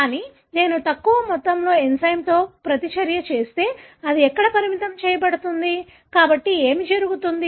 కానీ నేను తక్కువ మొత్తంలో ఎంజైమ్తో ప్రతిచర్య చేస్తే అది ఎక్కడ పరిమితం చేయబడుతుంది కాబట్టి ఏమి జరుగుతుంది